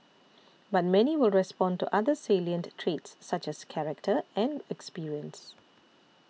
but many will respond to other salient traits such as character and experience